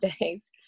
days